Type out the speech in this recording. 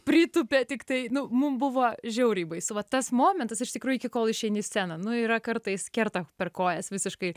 pritūpė tiktai nu mum buvo žiauriai baisu vat tas momentas iš tikrųjų iki kol išeini į sceną nu yra kartais kerta per kojas visiškai